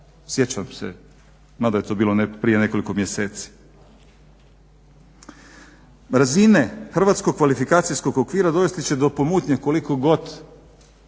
sjećam se mada je to bilo prije nekoliko mjeseci. Razine hrvatskog kvalifikacijskog okvira dovesti će do pomutnje koliko god